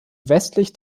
westlich